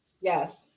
Yes